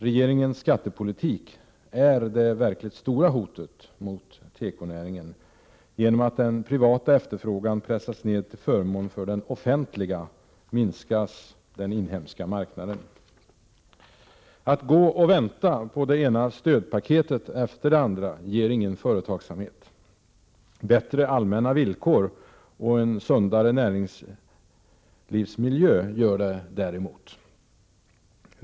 Regeringens skattepolitik är det verkligt stora hotet mot tekonäringen. Genom att den privata efterfrågan pressas ned till förmån för den offentliga minskas den inhemska marknaden. Att gå och vänta på det ena stödpaketet efter det andra skapar inte någon företagsamhet. Bättre allmänna villkor och en sundare näringslivsmiljö gör 125 det däremot.